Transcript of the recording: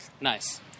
Nice